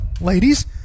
ladies